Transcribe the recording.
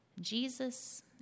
Jesus